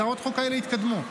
הצעות החוק האלה התקדמו.